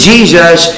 Jesus